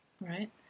right